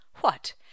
What